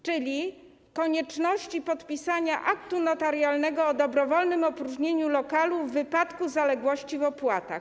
Chodzi o konieczność podpisania aktu notarialnego o dobrowolnym opróżnieniu lokalu w wypadku zaległości w opłatach.